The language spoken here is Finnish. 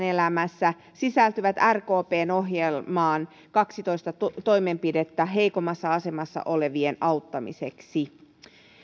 elämässä sisältyvät rkpn ohjelmaan kaksitoista toimenpidettä heikoimmassa asemassa olevien auttamiseksi